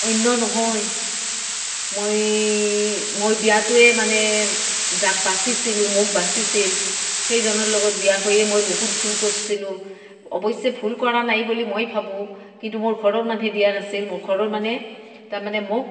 অন্য নহয় মই মই বিয়াটোৱে মানে যাক বাচিছিলো মোক বাচিছিল সেইজনৰ লগত বিয়া হৈয়ে মই বহুত ভুল কৰিছিলোঁ অৱশ্যে ভুল কৰা নাই বুলি মই ভাবোঁ কিন্তু মোৰ ঘৰৰ মানুহে দিয়া নাছিল মোক ঘৰৰ মানুহে তাৰমানে মোক